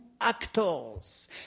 actors